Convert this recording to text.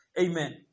Amen